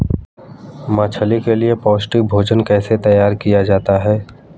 मछली के लिए पौष्टिक भोजन कैसे तैयार किया जाता है?